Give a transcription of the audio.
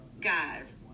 Guys